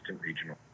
regional